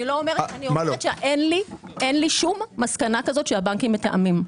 אני אומרת שאין לי שום מסקנה כזאת שהבנקים מתאמים.